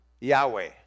Yahweh